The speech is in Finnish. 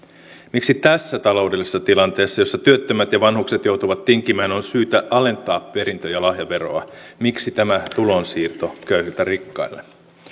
miksi tässä taloudellisessa tilanteessa jossa työttömät ja vanhukset joutuvat tinkimään on syytä alentaa perintö ja lahjaveroa miksi tämä tulonsiirto köyhiltä rikkaille